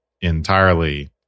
entirely